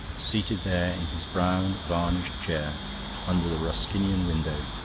seated there in his brown varnished chair under the ruskinian window,